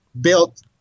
built